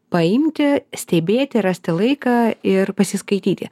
paimti stebėti rasti laiką ir pasiskaityti